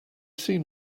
seen